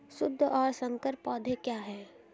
शुद्ध और संकर पौधे क्या हैं?